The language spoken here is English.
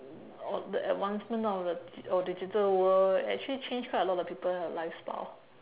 o~ the advancement of the digi~ o~ digital world actually change quite a lot of the people lifestyle